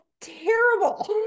terrible